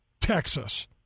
Texas